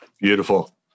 Beautiful